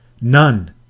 None